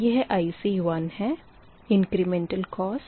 यह IC1है incremental coast